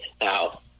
Now